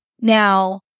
Now